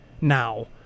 now